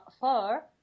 fur